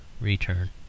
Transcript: return